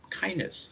Kindness